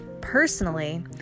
personally